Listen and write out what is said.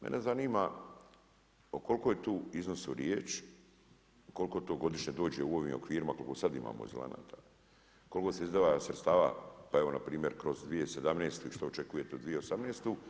Mene zanima o kolikom je tu iznosu riječ, koliko to godišnje dođe u ovim okvirima koliko sada imamo azilanata, koliko se izdvaja sredstava pa evo npr. kroz 2017. i što očekujete u 2018.